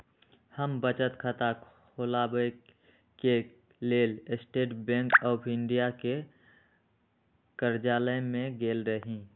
हम बचत खता ख़ोलबाबेके लेल स्टेट बैंक ऑफ इंडिया के कर्जालय में गेल रही